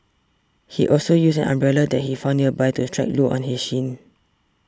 he also used an umbrella that he found nearby to strike Loo on his shin